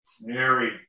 Mary